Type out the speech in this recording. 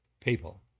people